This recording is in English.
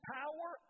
power